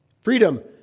Freedom